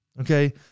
Okay